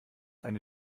eine